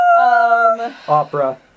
Opera